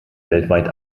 weltweit